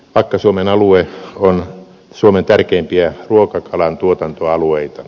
vakka suomen alue on suomen tärkeimpiä ruokakalan tuotantoalueita